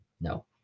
No